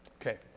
Okay